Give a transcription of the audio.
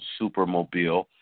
supermobile